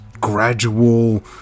gradual